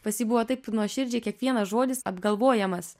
pas jį buvo taip nuoširdžiai kiekvienas žodis apgalvojamas